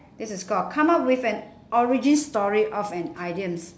this is called come up with an origin story of an idioms